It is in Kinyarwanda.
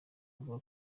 avuga